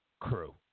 crew